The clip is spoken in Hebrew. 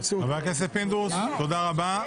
תודה רבה.